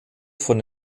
von